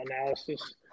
analysis